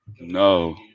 No